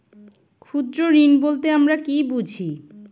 ক্ষুদ্র ঋণ বলতে আমরা কি বুঝি?